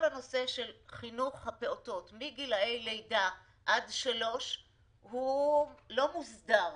הנושא של חינוך הפעוטות מגילאי לידה עד שלוש לא מוסדר במדינה.